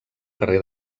carrer